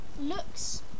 looks